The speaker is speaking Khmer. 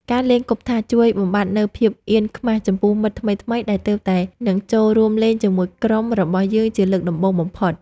ការលេងគប់ថាសជួយបំបាត់នូវភាពអៀនខ្មាសចំពោះមិត្តថ្មីៗដែលទើបតែនឹងចូលរួមលេងជាមួយក្រុមរបស់យើងជាលើកដំបូងបំផុត។